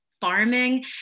farming